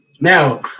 Now